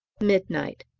midnight.